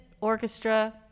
orchestra